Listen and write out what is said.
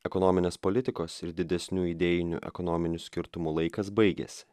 ekonominės politikos ir didesnių idėjinių ekonominių skirtumų laikas baigėsi